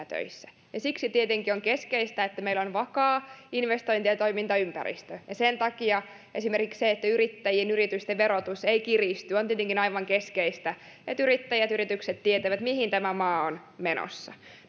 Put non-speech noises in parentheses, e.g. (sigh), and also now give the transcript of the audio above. (unintelligible) töissä siksi tietenkin on keskeistä että meillä on vakaa investointi ja toimintaympäristö ja sen takia esimerkiksi se että yrittäjien yritysten verotus ei kiristy on tietenkin aivan keskeistä niin että yrittäjät ja yritykset tietävät mihin tämä maa on menossa